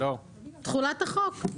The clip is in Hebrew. לא, תחולת החוק.